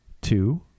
Two